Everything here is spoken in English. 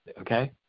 okay